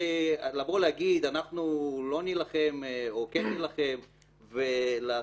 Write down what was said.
לבוא ולהגיד אנחנו לא נילחם או כן נילחם ולעשות